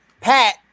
Pat